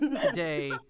today